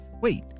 wait